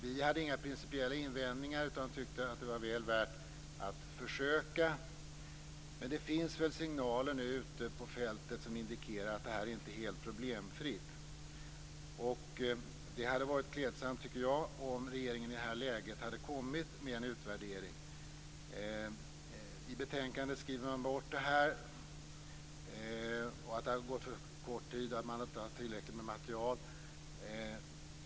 Vi hade inga principiella invändningar utan tyckte att det var väl värt att försöka. Men det finns väl signaler nu ute på fältet som indikerar att det här inte är helt problemfritt. Det hade varit klädsamt, tycker jag, om regeringen i det här läget hade kommit med en utvärdering. I betänkandet skriver man bort detta; det har gått för kort tid och man har inte tillräckligt med material.